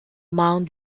mound